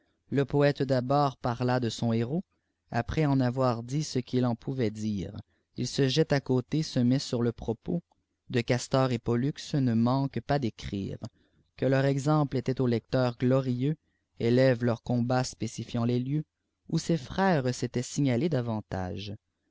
le poète d'abord parla de son héros après en avoir dit ce qu'il en pouvait dire il se jette à côté se met sur le propos de castor et pouux nib manque pas d'écrire que leur exemple était aux lecteurs glorieux elève leurs combats spécifiant les lieux où ces frères s'étaient signalés davantage